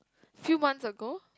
few months ago